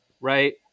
right